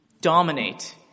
dominate